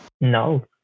No